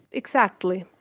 exactly.